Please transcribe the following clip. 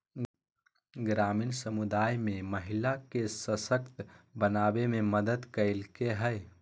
ग्रामीण समुदाय में महिला के सशक्त बनावे में मदद कइलके हइ